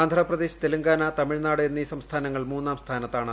ആന്ധ്രാപ്രദേശ് തെലങ്കാന തമിഴ്നാട് എന്നീ സംസ്ഥാനങ്ങൾ മൂന്നാം സ്ഥാനത്താണ്